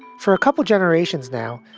for a couple generations now,